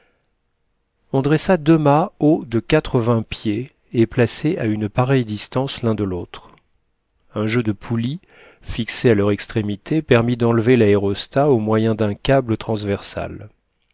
dressa deux mats hauts de quatre-vingts pieds et placés à une pareille distance l'un de l'autre un jeu de poulies fixées à leur extrémité permit d'enlever l'aérostat au moyen d'un câble transversal